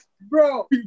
bro